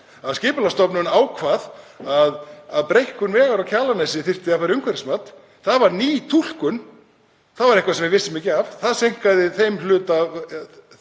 Skipulagsstofnun ákvað að breikkun vegar á Kjalarnesi þyrfti að fara í umhverfismat. Það var ný túlkun. Það var eitthvað sem við vissum ekki af og það seinkaði þeim hluta af